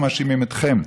אנחנו מאשימים אתכם.